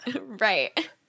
Right